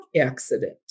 accident